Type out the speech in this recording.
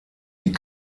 die